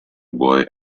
boy